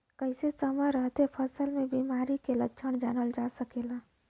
कइसे समय रहते फसल में बिमारी के लक्षण जानल जा सकेला?